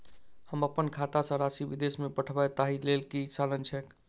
हम अप्पन खाता सँ राशि विदेश मे पठवै ताहि लेल की साधन छैक?